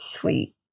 sweet